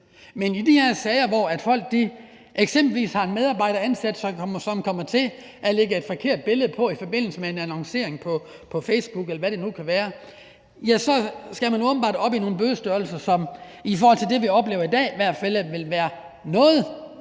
Men i de her sager, hvor folk eksempelvis har en medarbejder ansat, som kommer til at lægge et forkert billede på i forbindelse med en annoncering på Facebook, eller hvad det nu kan være, skal man åbenbart op i nogle bødestørrelser, som i hvert fald i forhold til det, vi oplever i dag, vil være noget